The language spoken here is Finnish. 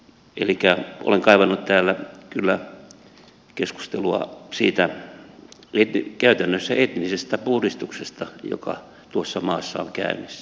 elikkä olen kaivannut täällä kyllä keskustelua siitä käytännössä etnisestä puhdistuksesta joka tuossa maassa on käynnissä